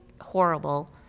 horrible